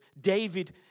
David